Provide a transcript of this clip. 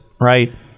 right